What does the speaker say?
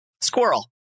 Squirrel